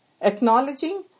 Acknowledging